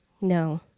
No